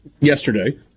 yesterday